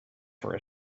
for